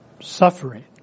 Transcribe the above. Suffering